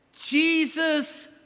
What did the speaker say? Jesus